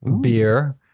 beer